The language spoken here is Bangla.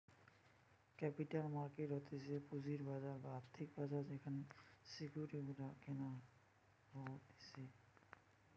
ক্যাপিটাল মার্কেট হতিছে পুঁজির বাজার বা আর্থিক বাজার যেখানে সিকিউরিটি গুলা কেনা হতিছে